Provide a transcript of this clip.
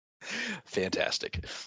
Fantastic